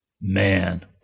Man